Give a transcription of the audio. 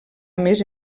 més